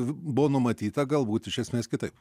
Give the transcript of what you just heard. buvo numatyta galbūt iš esmės kitaip